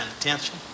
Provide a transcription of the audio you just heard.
attention